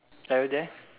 are you there